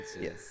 Yes